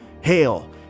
Hail